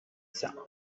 sound